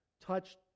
touched